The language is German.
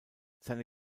seine